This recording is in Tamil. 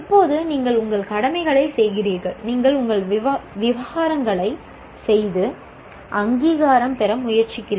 இப்போது நீங்கள் உங்கள் கடமைகளைச் செய்கிறீர்கள் நீங்கள் உங்கள் விவகாரங்களைச் செய்து அங்கீகாரம் பெற முயற்சிக்கிறீர்கள்